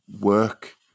work